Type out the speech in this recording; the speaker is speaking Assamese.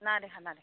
নাই দেখা নাই দেখা